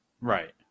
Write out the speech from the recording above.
Right